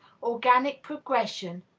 organic progression,